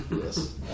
Yes